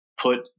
put